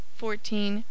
fourteen